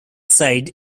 side